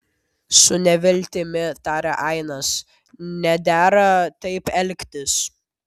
su neviltimi tarė ainas nedera taip elgtis